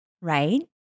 right